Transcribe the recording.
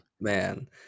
man